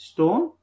Stone